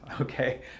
okay